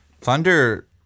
Thunder